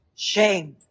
Shame